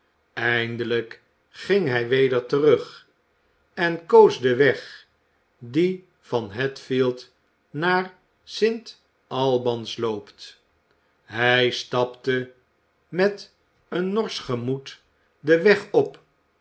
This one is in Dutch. eindelijk ging hij weder terug en koos den weg die van h field naar st albans loopt hij stapte met een norsch gemoed den weg op